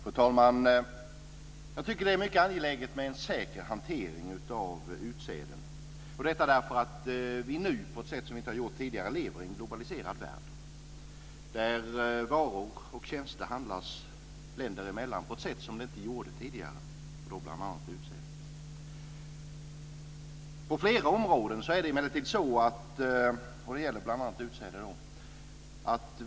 Fru talman! Det är angeläget med en säker hantering av utsäden. Vi lever nu, på ett annat sätt än tidigare, i en globaliserad värld där man handlar länder emellan med varor och tjänster, bl.a. utsäde.